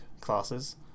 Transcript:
classes